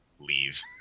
leave